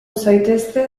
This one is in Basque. zaitezte